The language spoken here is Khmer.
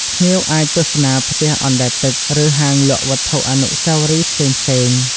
ភ្ញៀវអាចទស្សនាផ្ទះអណ្ដែតទឹក ឬហាងលក់វត្ថុអនុស្សាវរីយ៍ផ្សេងៗ។